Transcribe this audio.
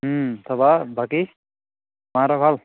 তাৰপৰা বাকী মাহঁতৰ ভাল